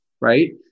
right